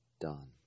done